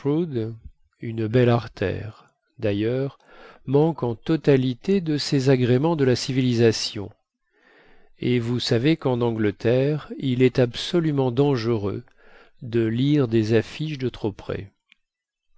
une belle artère dailleurs manque en totalité de ces agréments de la civilisation et vous savez quen angleterre il est absolument dangereux de lire des affiches de trop près